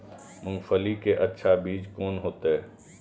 मूंगफली के अच्छा बीज कोन होते?